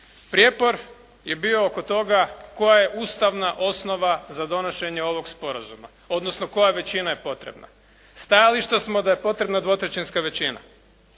prijepor je bio oko toga koja je ustavna osnova za donošenje ovog sporazuma odnosno koja većina je potrebna. Stajališta smo da je potrebna dvotrećinska većina